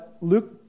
Luke